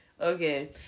Okay